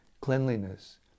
cleanliness